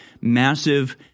massive